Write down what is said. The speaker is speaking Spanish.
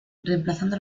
reemplazando